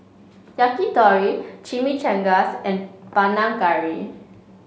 Yakitori Chimichangas and Panang Curry